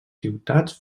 ciutats